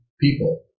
people